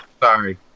Sorry